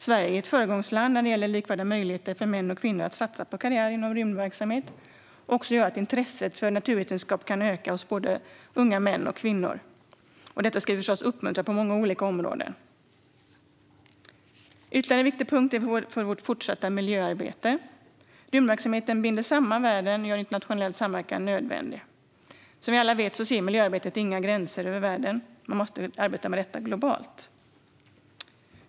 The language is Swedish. Sverige är ett föregångsland när det gäller likvärdiga möjligheter för män och kvinnor att satsa på en karriär inom rymdverksamhet, vilket också kan göra att intresset för naturvetenskap ökar hos både unga män och unga kvinnor. Detta ska vi förstås uppmuntra på många olika områden. Ytterligare en viktig punkt är vårt fortsatta miljöarbete. Rymdverksamheten binder samman världen och gör internationell samverkan nödvändig. Som vi alla vet ser miljöarbetet världen över inga gränser. Man måste arbeta globalt med detta.